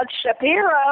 Shapiro